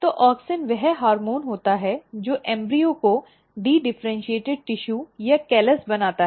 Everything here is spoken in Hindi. तो ऑक्सिन वह हार्मोन होता है जो भ्रूण को डिडिफरेंटीटड टिशू या कैलस बनाता है